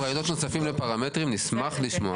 אם יש לכם רעיונות נוספים לפרמטרים נשמח לשמוע.